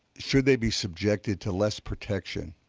should they be subjected to less protection